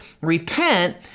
repent